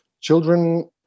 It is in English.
children